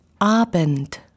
Abend